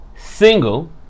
single